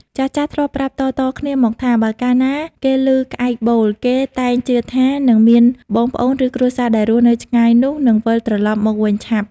ចាស់ៗធ្លាប់ប្រាប់តៗគ្នាមកថា បើកាលណាគេឮក្អែកបូល គេតែងជឿថា នឹងមានបងប្អូន ឬគ្រួសារដែលរស់នៅឆ្ងាយនោះ និងវិលត្រឡប់មកវិញឆាប់។